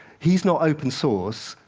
he's not open source,